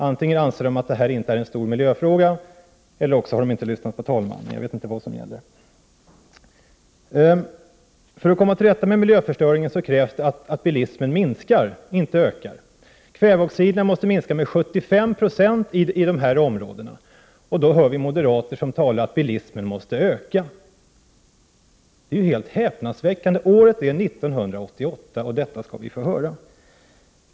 Antingen anser de inte att detta är en stor miljöfråga eller också har de inte lyssnat på talmannen. Jag vet inte vad som gäller. För att komma till rätta med miljöförstöringen krävs det att bilismen minskar, inte ökar. Kväveoxiderna måste minska med 75 4 i dessa områden. Då hör vi moderater tala om att bilismen måste öka. Det är helt häpnadsväckande. Året är 1988, och detta skall vi få höra.